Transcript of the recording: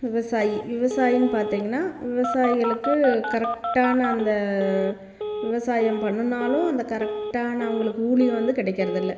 விவசாயி விவசாயின்னு பார்த்திங்கன்னா விவசாயிகளுக்கு கரெக்டான அந்த விவசாயம் பண்ணுனாலும் அந்த கரெக்டான அவங்களுக்கு ஊழியம் வந்து கிடைக்கிறதில்ல